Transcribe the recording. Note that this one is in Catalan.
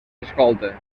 escolta